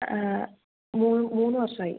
മൂന്ന് മൂന്ന് വർഷം ആയി